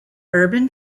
urban